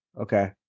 okay